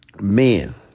Men